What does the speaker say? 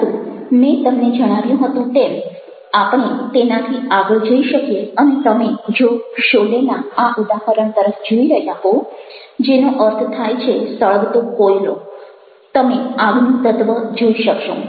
પરંતુ મેં તમને જણાવ્યું હતું તેમ આપણે તેનાથી આગળ જઈ શકીએ અને તમે જો શોલે ના આ ઉદાહરણ તરફ જોઈ રહ્યા હો જેનો અર્થ થાય છે સળગતો કોયલો તમે આગનું તત્વ જોઈ શકશો